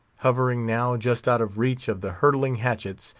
hovering now just out of reach of the hurtling hatchets,